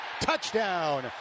Touchdown